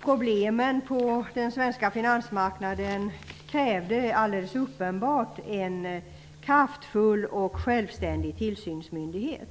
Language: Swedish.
Problemen på den svenska finansmarknaden krävde alldeles uppenbart en kraftfull och självständig tillsynsmyndighet.